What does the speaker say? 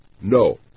No